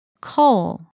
Coal